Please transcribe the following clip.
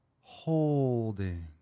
holding